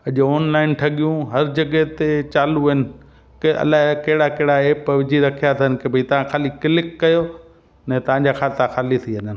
अॼु ऑनलाइन ठॻियूं हर जॻहि ते चालू आहिनि की अलाए कहिड़ा कहिड़ा ऐप विझी रखिया अथनि की भई तां ख़ाली क्लिक कयो न तव्हांजा खाता ख़ाली थी वञनि